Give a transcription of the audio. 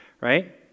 right